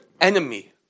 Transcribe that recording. enemy